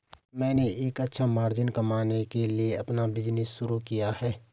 मैंने एक अच्छा मार्जिन कमाने के लिए अपना बिज़नेस शुरू किया है